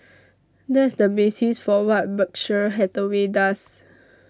that's the basis for what Berkshire Hathaway does